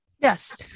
Yes